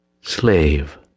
Slave